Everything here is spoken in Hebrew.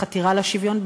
בחתירה לשוויון,